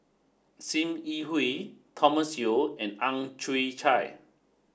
Sim Yi Hui Thomas Yeo and Ang Chwee Chai